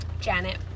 Janet